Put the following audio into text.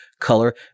color